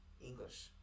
English